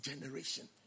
generation